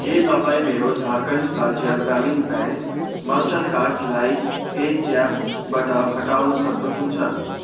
के तपाईँ मेरो झारखण्ड राज्य ग्रामीण ब्याङ्क मास्टरकार्डलाई पे ज्यापबाट हटाउन सक्नुहुन्छ